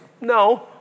No